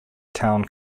town